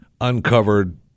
uncovered